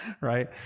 Right